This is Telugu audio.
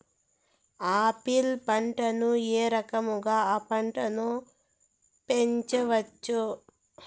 ఆపిల్ పంటను ఏ రకంగా అ పంట ను పెంచవచ్చు?